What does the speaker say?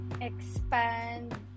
Expand